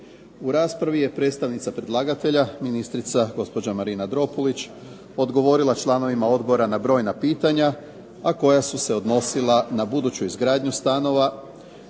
U raspravi je predstavnica predlagatelja, ministrica gospođa Marina Dropulić, odgovorila članovima odbora na brojna pitanja, a koja su se odnosila na buduću izgradnju stanova